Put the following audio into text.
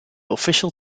official